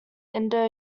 indo